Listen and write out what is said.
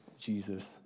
Jesus